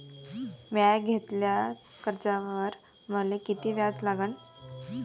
म्या घेतलेल्या कर्जावर मले किती व्याज लागन?